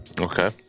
Okay